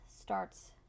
starts